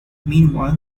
meanwhile